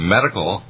Medical